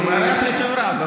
הוא מארח לי חברה.